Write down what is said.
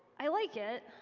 i like it.